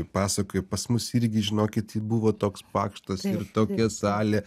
pasakoja pas mus irgi žinokit buvo toks pakštas ir tokia salė